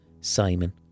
Simon